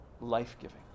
life-giving